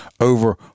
over